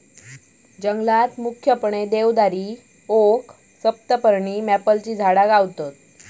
जंगलात मुख्यपणे देवदारी, ओक, सप्तपर्णी, मॅपलची झाडा मिळतत